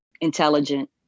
intelligent